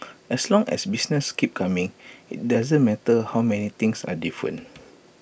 as long as business keeps coming IT doesn't matter how many things are different